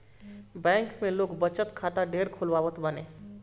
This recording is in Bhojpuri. बैंक में लोग बचत खाता ढेर खोलवावत बाने